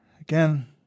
again